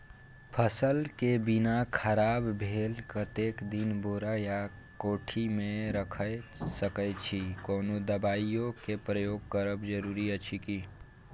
फसल के बीना खराब भेल कतेक दिन बोरा या कोठी मे रयख सकैछी, कोनो दबाईयो के प्रयोग करब जरूरी अछि की?